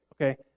Okay